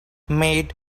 made